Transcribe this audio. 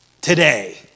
today